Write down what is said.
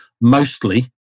mostly